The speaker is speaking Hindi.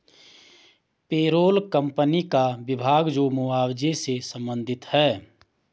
पेरोल कंपनी का विभाग जो मुआवजे से संबंधित है